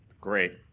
great